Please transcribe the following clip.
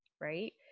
Right